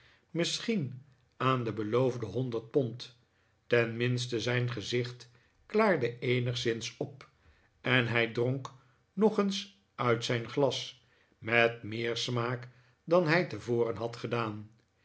misschien aan de beloofde honderd pond tenminste zijn gezicht klaarde eenigszins op en hij dronk nog eens uit zijn glas met meer smaak dan hij tevoren had gedaan